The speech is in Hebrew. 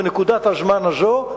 בנקודת הזמן הזאת,